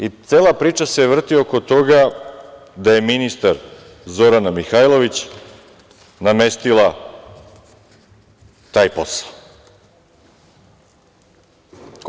I cela priča se vrti oko toga da je ministar Zorana Mihajlović namestila taj posao.